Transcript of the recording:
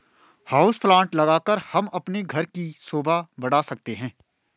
house plant लगाकर हम अपने घर की शोभा बढ़ा सकते हैं